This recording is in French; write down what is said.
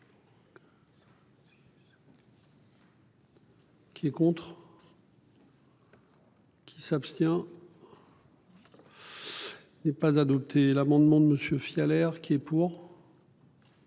Qui est contre. Qui s'abstient. Il n'est pas adopté l'amendement de monsieur l'air qui est pour.